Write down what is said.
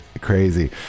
crazy